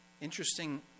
Interesting